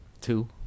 Two